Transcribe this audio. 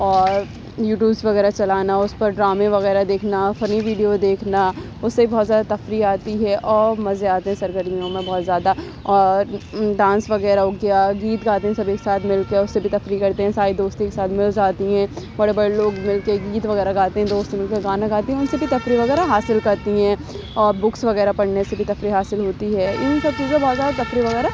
اور یوٹیوبس وغیرہ چلانا اس پر ڈرامے وغیرہ دیکھنا فنی ویڈیو دیکھنا اس سے بہت زیادہ تفریح آتی ہے اور مزے آتے ہیں سرگرمیوں میں بہت زیادہ اور ڈانس وغیرہ ہو گیا گیت گاتے ہیں سب ایک ساتھ مل کر اس سے بھی تفریح کرتے ہیں سارے دوستوں کے ساتھ مل جاتی ہیں بڑے بڑے لوگ مل کے گیت وغیرہ گاتے ہیں دوست مل کے گانا گاتے ہیں ان سے تفریح وغیرہ حاصل کرتی ہیں اور بکس وغیرہ پڑھنے سے بھی تفریح حاصل ہوتی ہے ان سب چیزوں سے بہت زیادہ تفریح وغیرہ